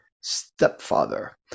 stepfather